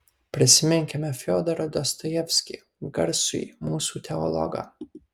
prisiminkime fiodorą dostojevskį garsųjį mūsų teologą